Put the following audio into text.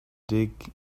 dig